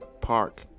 park